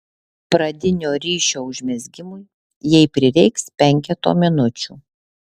pradinio ryšio užmezgimui jai prireiks penketo minučių